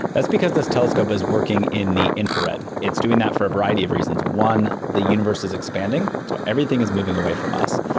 that's because this telescope is working in the infrared. it's doing that for a variety of reasons. one, the universe is expanding. so everything is moving away from us.